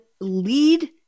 lead